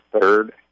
third